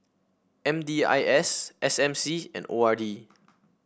M D I S S M C and O R D